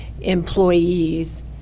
employees